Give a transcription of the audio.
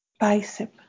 bicep